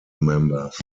members